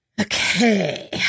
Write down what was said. Okay